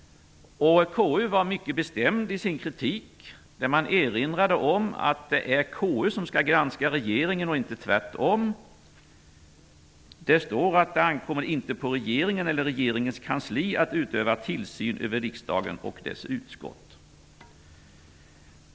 KU var mycket bestämd i sin kritik. Man erinrade om att det är KU som skall granska regeringen och inte tvärtom. Man uttalade att det inte ankommer på regeringen eller regeringens kansli att utöva tillsyn över riksdagen och dess utskott.